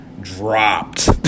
dropped